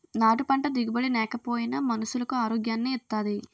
నాటు పంట దిగుబడి నేకపోయినా మనుసులకు ఆరోగ్యాన్ని ఇత్తాది